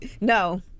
No